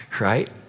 right